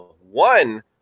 one